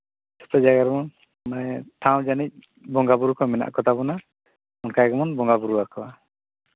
ᱡᱚᱛᱚ ᱡᱟᱭᱜᱟ ᱨᱮᱵᱚᱱ ᱴᱷᱟᱶ ᱡᱟᱹᱱᱤᱡ ᱵᱚᱸᱜᱟᱼᱵᱩᱨᱩ ᱠᱚ ᱢᱮᱱᱟᱜ ᱠᱚᱛᱟ ᱵᱚᱱᱟ ᱚᱱᱠᱟ ᱜᱮᱵᱚᱱ ᱵᱚᱸᱜᱟᱼᱵᱩᱨᱩ ᱟᱠᱚᱣᱟ